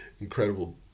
incredible